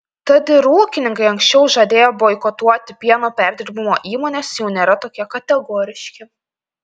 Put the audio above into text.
tad ir ūkininkai anksčiau žadėję boikotuoti pieno perdirbimo įmones jau nėra tokie kategoriški